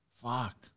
Fuck